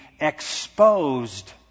exposed